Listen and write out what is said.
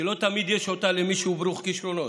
שלא תמיד יש למי שהוא ברוך כישרונות.